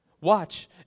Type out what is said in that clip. Watch